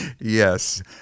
Yes